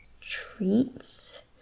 treats